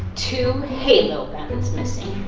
two halo guns missing.